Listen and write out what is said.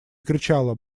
кричала